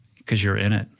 cause you're in it.